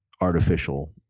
artificial